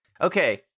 Okay